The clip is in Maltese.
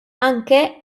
anke